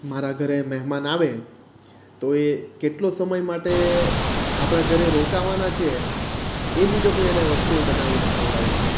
મારા ઘરે મહેમાન આવે તો એ કેટલો સમય માટે આપણા ઘરે રોકવાના છે એ મુજબ હું એને વસ્તુઓ બનાવીને ખવડાવું છું